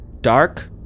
dark